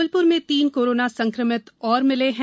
जबलप्र में तीन कोरोना संक्रमित और मिले हैं